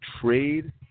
trade